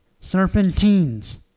Serpentines